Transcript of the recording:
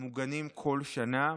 מוגנים בכל שנה.